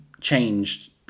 changed